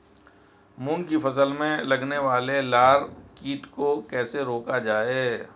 मूंग की फसल में लगने वाले लार कीट को कैसे रोका जाए?